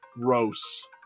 Gross